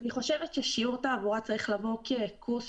אני חושבת ששיעור תעבורה צריך לבוא כקורס